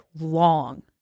long